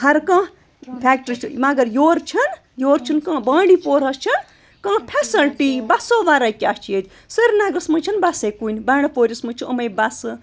ہر کانٛہہ فیکٹرٛی چھِ مگر یورٕ چھِنہٕ یورٕ چھِنہٕ کانٛہہ بانڈی پورہ چھِ کانٛہہ فیسَلٹی بَسو وَرٲے کیٛاہ چھِ ییٚتہِ سرینَگرَس منٛز چھنہٕ بَسَے کُنہِ بَنٛڈٕپوٗرِس منٛز چھِ یِمَے بَسہٕ